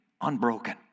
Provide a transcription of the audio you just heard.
unbroken